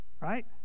Right